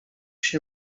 się